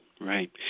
right